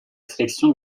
sélection